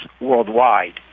worldwide